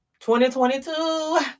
2022